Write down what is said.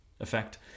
effect